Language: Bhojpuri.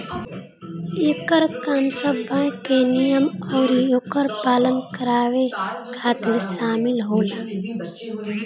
एकर काम सब बैंक के नियम अउरी ओकर पालन करावे खातिर शामिल होला